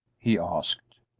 he asked.